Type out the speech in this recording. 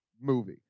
movie